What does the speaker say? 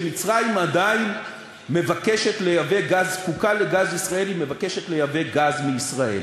מצרים עדיין זקוקה לגז ישראלי ומבקשת לייבא גז מישראל.